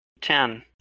Ten